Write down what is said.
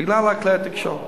בגלל כלי התקשורת,